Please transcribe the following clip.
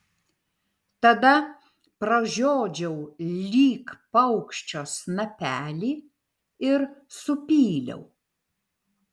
tada pražiodžiau lyg paukščio snapelį ir supyliau